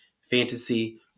fantasy